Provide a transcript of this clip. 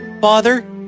Father